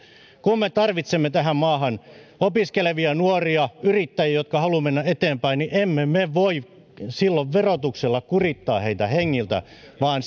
kun me tarvitsemme tähän maahan opiskelevia nuoria yrittäjiä jotka haluavat mennä eteenpäin niin emme me voi silloin verotuksella kurittaa heitä hengiltä vaan